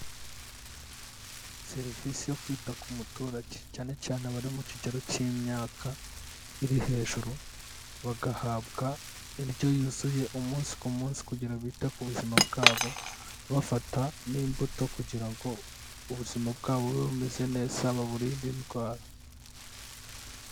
Serivisi yo kwita ku muturage. Cyane cyane abari mu kigero cy'imyaka iri hejuru, bagahabwa indyo yuzuye umunsi ku munsi kugira ngo bite ku buzima bwabo, bafata n'imbuto kugira ngo ubuzima bwabo bube bumeze neza, baburinde indwara.